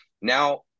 now